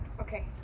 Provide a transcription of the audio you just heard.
Okay